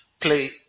play